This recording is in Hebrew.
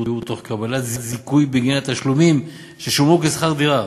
תוך קבלת זיכוי בגין התשלומים ששולמו כשכר דירה,